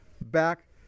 back